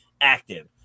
active